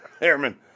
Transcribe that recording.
Airman